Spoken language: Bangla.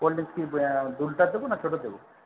কোল্ড ড্রিংকস কি দুলিটার দেবো না ছোটো দেবো